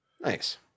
Nice